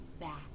back